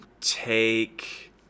take